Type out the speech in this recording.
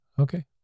Okay